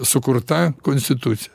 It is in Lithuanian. sukurta konstitucija